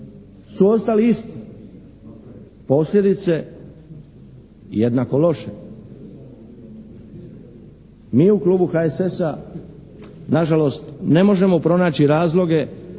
su ostali isti. Posljedice jednako loše. Mi u klubu HSS-a nažalost ne možemo pronaći razloge